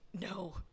no